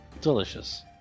Delicious